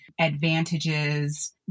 advantages